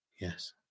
Yes